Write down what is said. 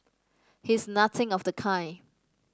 he is nothing of the kind